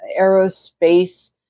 aerospace